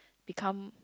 become